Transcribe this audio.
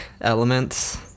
elements